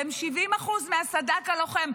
והם 70% מהסד"כ הלוחם,